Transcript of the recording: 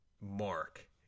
mark